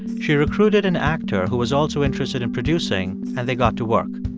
she recruited an actor who was also interested in producing, and they got to work.